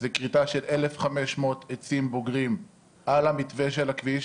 זה כריתה של 1,500 עצים בוגרים על המתווה של הכביש,